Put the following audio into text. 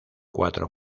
cuatro